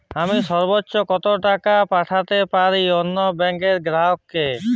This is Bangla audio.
আমি সর্বোচ্চ কতো টাকা পাঠাতে পারি অন্য ব্যাংকের গ্রাহক কে?